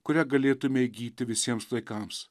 kurią galėtume įgyti visiems laikams